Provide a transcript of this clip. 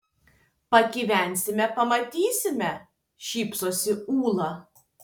pagyvensime pamatysime šypsosi ūla